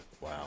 Wow